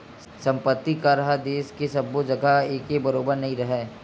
संपत्ति कर ह देस के सब्बो जघा एके बरोबर नइ राहय